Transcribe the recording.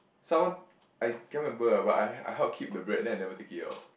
someone I can't remember lah but I help I help keep the bread then I never take it at all